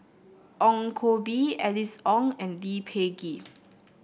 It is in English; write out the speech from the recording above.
Ong Koh Bee Alice Ong and Lee Peh Gee